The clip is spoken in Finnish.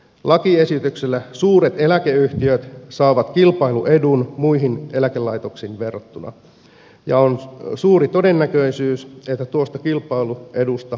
lakiesityksellä suuret eläkeyhtiöt saavat kilpailuedun muihin eläkelaitoksiin verrattuna ja on suuri todennäköisyys että tuosta kilpailuedusta muodostuu pysyvä